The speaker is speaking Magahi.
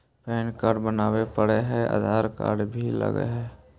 पैन कार्ड बनावे पडय है आधार कार्ड भी लगहै?